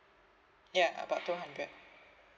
ya about two hundred